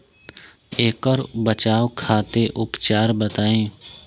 ऐकर बचाव खातिर उपचार बताई?